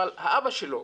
אבל האבא שלו